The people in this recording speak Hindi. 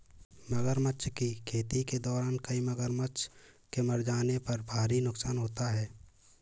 मगरमच्छ की खेती के दौरान कई मगरमच्छ के मर जाने पर भारी नुकसान होता है